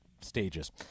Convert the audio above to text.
stages